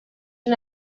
una